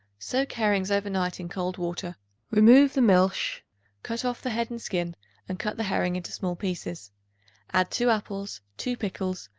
soak herrings over night in cold water remove the milch cut off the head and skin and cut the herring into small pieces add two apples, two pickles,